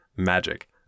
magic